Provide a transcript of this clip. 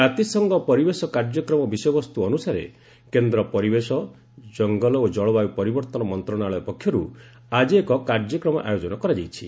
ଜାତିସଂଘ ପରିବେଶ କାର୍ଯ୍ୟକ୍ରମ ବିଷୟବସ୍ତୁ ଅନୁସାରେ କେନ୍ଦ୍ର ପରିବେଶ ଜଙ୍ଗଲ ଓ ଜଳବାୟୁ ପରିବର୍ତ୍ତନ ମନ୍ତ୍ରଣାଳୟ ପକ୍ଷରୁ ଆଜି ଏକ କାର୍ଯ୍ୟକ୍ରମ ଆୟୋଜନ କରାଯାଇଛି